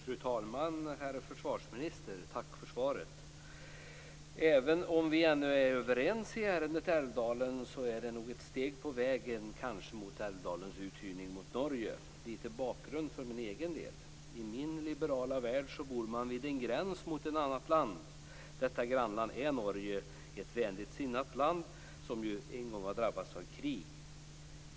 Fru talman! Herr försvarsminister! Tack för svaret. Även om vi ännu ej är överens i ärendet Älvdalen, är det kanske ett steg på vägen mot Älvdalens uthyrning till Norge. Låt mig ge lite bakgrund för min egen del. I min liberala värld bor man vid en gräns mot ett annat land. Detta grannland är Norge. Det är ett vänligt sinnat land som en gång var drabbat av krig.